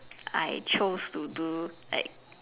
I chose to do like